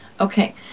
Okay